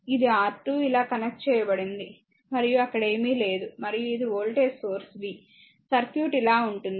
ఇది R2 ఇలా connect చేయబడింది మరియు అక్కడ ఏమీ లేదు మరియు ఇది వోల్టేజ్ సోర్స్ v సర్క్యూట్ ఇలా ఉంటుంది